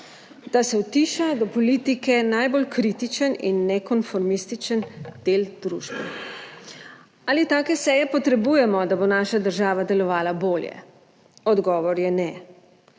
Da se utiša do politike najbolj kritičen in nekonformističen del družbe. Ali take seje potrebujemo, da bo naša država delovala bolje? Odgovor je, ne.